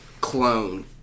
clone